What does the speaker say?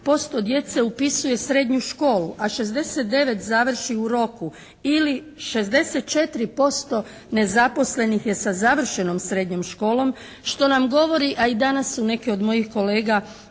djece upisuje srednju školu, a 69 završi u roku. Ili 64% nezaposlenih je sa završenom srednjom školom što nam govori a i danas su neke od mojih kolega